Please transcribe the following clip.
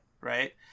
right